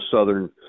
southern